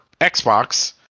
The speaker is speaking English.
Xbox